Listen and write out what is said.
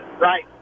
right